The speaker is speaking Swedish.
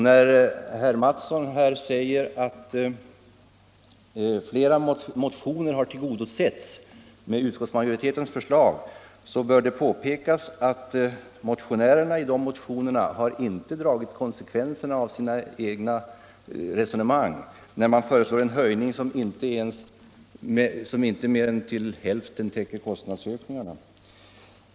När herr Mattsson i Lane-Herrestad säger att flera motioner har tillgodosetts enligt utskottsmajoritetens förslag bör det påpekas att dessa motionärer inte har dragit konsekvenserna av sina egna resonemang då de föreslår en höjning som inte mer än till hälften täcker kostnadsökningarna.